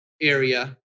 area